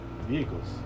Vehicles